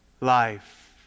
life